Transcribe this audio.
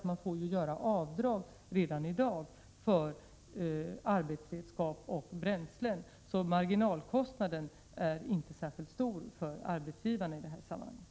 Man får ju göra avdrag redan i dag för arbetsredskap och bränsle, så marginalkostnaden för arbetsgivarna är inte särskilt stor.